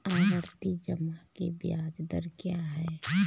आवर्ती जमा की ब्याज दर क्या है?